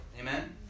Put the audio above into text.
Amen